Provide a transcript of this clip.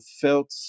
felt